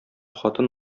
хатын